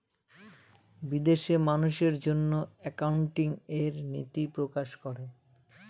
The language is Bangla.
বিদেশে মানুষের জন্য একাউন্টিং এর নীতি প্রকাশ করে